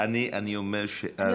אני אומר שאז,